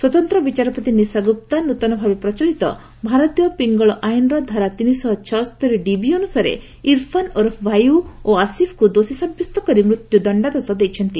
ସ୍ୱତନ୍ତ୍ର ବିଚାରପତି ନିଶା ଗୁପ୍ତା ନୂତନ ଭାବେ ପ୍ରଚଳିତ ଭାରତୀୟ ପିଙ୍ଗଳ ଆଇନ୍ର ଧାରା ତିନିଶହ ଛଅସ୍ତରୀ ଡିବି ଅନୁସାରେ ଇରଫାନ୍ ଓରଫ୍ ଭାଇୟୁ ଏବଂ ଆସିଫ୍କୁ ଦୋଷୀ ସାବ୍ୟସ୍ତ କରି ମୃତ୍ୟୁ ଦଣ୍ଡାଦେଶ ଦେଇଚନ୍ତି